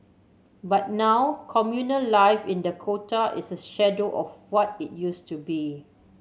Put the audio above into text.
but now communal life in Dakota is a shadow of what it used to be